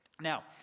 Now